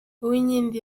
uwinkindi